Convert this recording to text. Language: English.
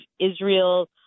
Israel